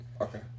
Okay